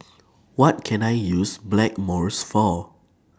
What Can I use Blackmores For